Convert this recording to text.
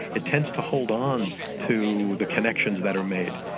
it tends to hold on to the connections that are made.